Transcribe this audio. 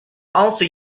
also